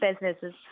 businesses